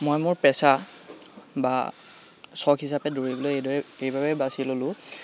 মই মোৰ পেচা বা চখ হিচাপে দৌৰিবলৈ এইদৰে এইবাবেই বাছি ল'লোঁ